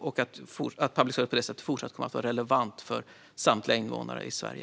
På det sättet kommer public service att fortsätta att vara relevant för samtliga invånare i Sverige.